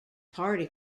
party